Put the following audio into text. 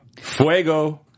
Fuego